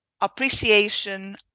appreciation